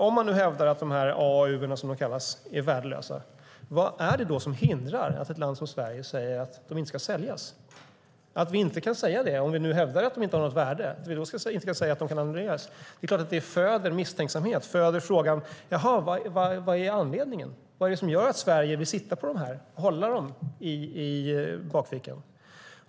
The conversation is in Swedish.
Om man nu hävdar att AAU:erna, som de kallas, är värdelösa, vad är det då som hindrar att ett land som Sverige säger att de inte ska säljas? Om vi inte kan säga att de kan annulleras, om vi nu hävdar att de inte har något värde, är det klart att det föder misstänksamhet, föder frågan: Vad är anledningen? Vad är det som gör att Sverige vill hålla på dem i bakfickan?